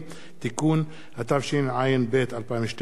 (תיקון), התשע"ב 2012,